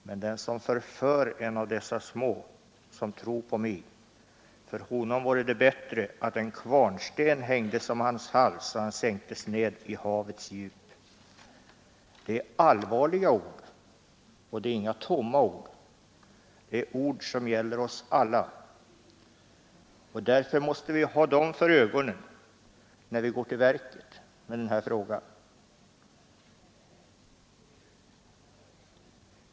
Men den som förför en av dessa små som tro på mig, för honom vore det bättre att en kvarnsten hängdes om hans hals och han sänktes ned i havets djup.” Det är allvarliga ord, och det är inga tomma ord. Det är ord som gäller oss alla. Därför måste vi ha dem för ögonen, när vi går till verket.